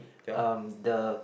um the